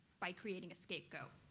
by creating a scapegoat?